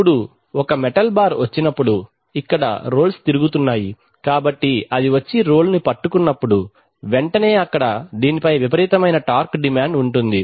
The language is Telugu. ఇప్పుడు ఒక మెటల్ బార్ వచ్చినప్పుడు ఇక్కడరోల్స్ తిరుగుతున్నాయి కాబట్టి అది వచ్చి రోల్ ను పట్టుకున్నప్పుడు వెంటనే అక్కడ దీనిపై విపరీతమైన టార్క్ డిమాండ్ ఉంటుంది